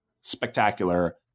spectacular